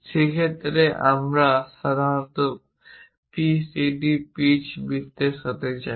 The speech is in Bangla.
সেই ক্ষেত্রে আমরা সাধারণত এই PCD পিচ বৃত্তের ব্যাসের সাথে যাই